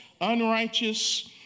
unrighteous